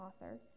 author